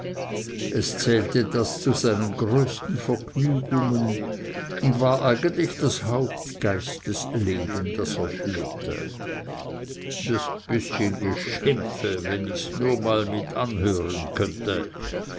es zählte das zu seinen größten vergnügungen und war eigentlich das hauptgeistesleben das er führte das bißchen geschimpfe wenn ich's nur mal mit anhören könnte